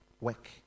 work